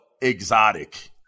exotic